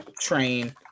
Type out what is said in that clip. train